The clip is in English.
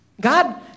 God